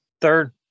Third